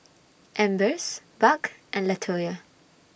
Ambers Buck and Latoya